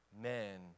men